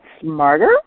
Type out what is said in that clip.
smarter